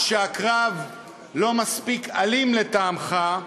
כשהקרב לא מספיק אלים לטעמך,